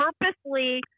purposely